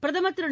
பிரதமர் திரு